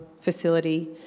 facility